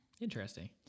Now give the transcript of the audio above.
Interesting